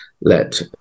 let